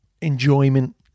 enjoyment